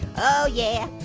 oh yeah.